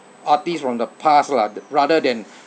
artists from the past lah rather than